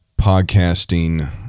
Podcasting